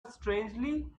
strangely